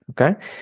Okay